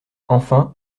enfin